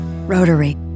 Rotary